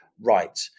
Right